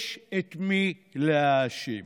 יש את מי להאשים.